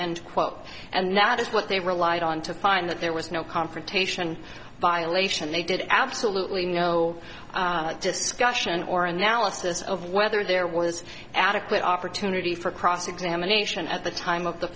and quote and that is what they relied on to find that there was no confrontation by elation they did absolutely no just scotian or analysis of whether there was adequate opportunity for cross examination at the time of the